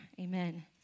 Amen